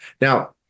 now